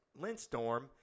Lindstorm